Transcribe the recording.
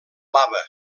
lava